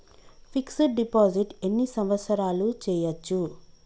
Fix డ్ deposit ఎన్ని సంవత్సరాలు చేయచ్చు?